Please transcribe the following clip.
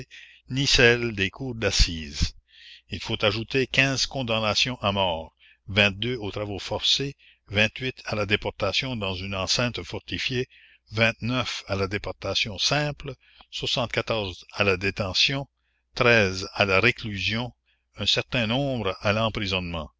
ni celles des cours d'assises il faut ajouter condamnations à mort aux travaux forcés à la déportation dans une enceinte fortifiée à la déportation simple à la détention à la réclusion un certain nombre à l'emprisonnement